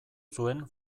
zuen